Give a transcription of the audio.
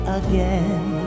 again